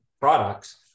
products